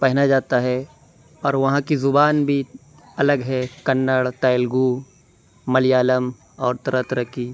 پہنا جاتا ہے اور وہاں كی زبان بھی الگ ہے كنّڑ تیلگو ملیالم اور طرح طرح كی